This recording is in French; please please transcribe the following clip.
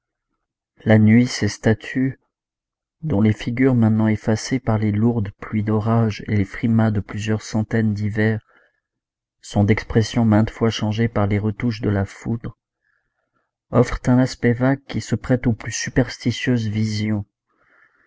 la nuit ces statues dont les figures maintenant effacées par les lourdes pluies d'orage et les frimas de plusieurs centaines d'hivers sont d'expressions maintes fois changées par les retouches de la foudre offrent un aspect vague qui se prête aux plus superstitieuses visions